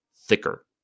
thicker